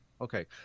Okay